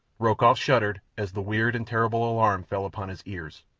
rokoff shuddered as the weird and terrible alarm fell upon his ears.